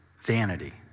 vanity